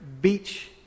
beach